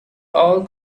all